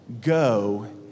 go